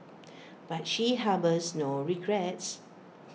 but she harbours no regrets